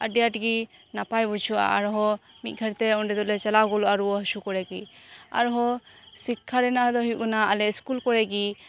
ᱟᱹᱰᱤ ᱟᱸᱴ ᱜᱮ ᱱᱟᱯᱟᱭ ᱵᱩᱡᱷᱟᱹᱜᱼᱟ ᱟᱨ ᱦᱚᱸ ᱢᱤᱫᱜᱷᱟᱹᱲᱤᱡ ᱛᱮ ᱚᱸᱰᱮ ᱜᱮ ᱞᱮ ᱪᱟᱞᱟᱣ ᱜᱚᱫᱚᱜᱼᱟ ᱨᱩᱣᱟᱹ ᱦᱟᱹᱥᱩ ᱠᱚᱨᱮ ᱟᱨ ᱦᱚᱸ ᱥᱤᱠᱠᱷᱟ ᱨᱮᱭᱟᱜ ᱫᱚ ᱦᱩᱭᱩᱜ ᱠᱟᱱᱟ ᱟᱞᱮ ᱥᱠᱩᱞ ᱠᱚᱨᱮᱜᱮ